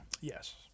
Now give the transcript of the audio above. Yes